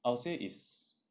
I would say is